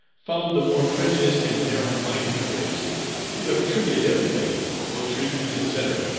followed the more prejudiced and narrow-minded critics who have attributed every thing, ill treatment, etc,